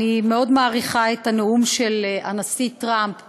אני מאוד מעריכה את הנאום של הנשיא טראמפ בקונגרס.